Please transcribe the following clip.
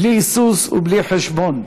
בלי היסוס ובלי חשבון.